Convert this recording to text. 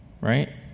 Right